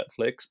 Netflix